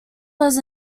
was